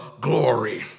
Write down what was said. glory